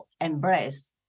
embrace